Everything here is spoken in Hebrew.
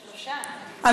על שלושה?